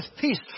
peace